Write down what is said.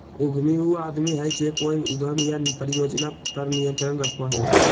उद्यमी उ आदमी हइ जे कोय उद्यम या परियोजना पर नियंत्रण रखो हइ